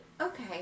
Okay